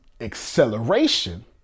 acceleration